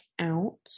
out